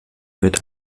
wird